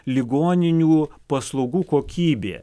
ligoninių paslaugų kokybė